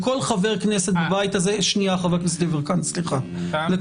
לכל חבר כנסת בבית הזה יש את